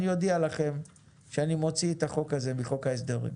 אני אודיע לכם שאני מוציא את החוק הזה מחוק ההסדרים.